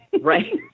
Right